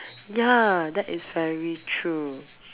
ya that is very true